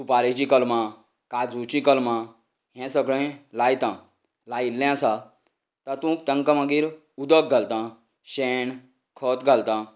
सुपारेची कलमां काजूचीं कलमां हे सगळें लायता लायिल्लें आसा तातूंत तांकां मागीर उदक घालता शेण खत घालतां